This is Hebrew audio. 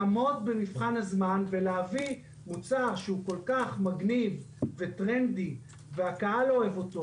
לעמוד במבחן הזמן ולהביא מוצר שהוא כל כך מגניב וטרנדי והקהל אוהב אותו.